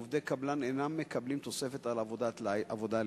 עובדי קבלן אינם מקבלים תוספת על עבודה לילית.